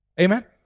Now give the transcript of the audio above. Amen